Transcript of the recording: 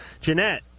Jeanette